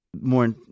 more